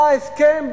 בהסכם,